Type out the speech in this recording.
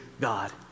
God